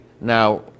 Now